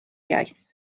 iaith